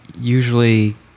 usually